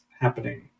happening